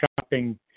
shopping